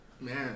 Man